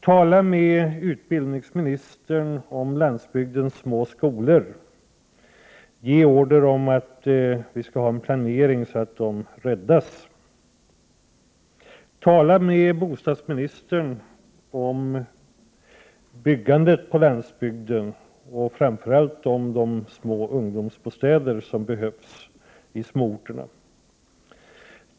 Tala med utbildningsministern om landsbygdens små skolor. Ge order om att det skall ske en planering så att de räddas. Tala med bostadsministern om byggandet på landsbygden, framför allt om de små ungdomsbostäder som behövs i de små orterna.